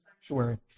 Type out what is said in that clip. sanctuary